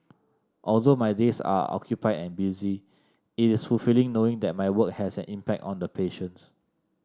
although my days are occupied and busy it is fulfilling knowing that my work has an impact on the patients